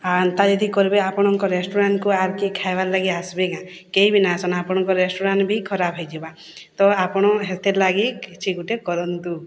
ଏନ୍ତା ଯଦି କରିବେ ଆପଣଙ୍କ ରେଷ୍ଟୁରାଣ୍ଟ୍କୁ ଆରୁ କିଏ ଖାଇବାର୍ ଲାଗି ଆସବେ ନା କେହି ବି ନାଁ ଆସନ ଆପଣଙ୍କ ରେଷ୍ଟୁରାଣ୍ଟ୍ ବି ଖରାପ ହେଇଯିବା ତ ଆପଣ ହେତିର୍ ଲାଗି କିଛି ଗୁଟେ କରନ୍ତୁ